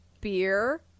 beer